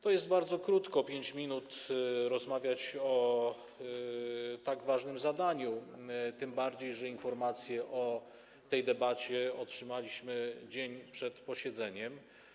To jest bardzo mało te 5 minut na rozmowę o tak ważnym zadaniu, tym bardziej że informacje o tej debacie otrzymaliśmy dzień przed posiedzeniem.